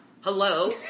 Hello